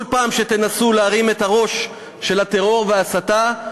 כל פעם שתנסו להרים את הראש של הטרור וההסתה,